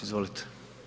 Izvolite.